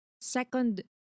second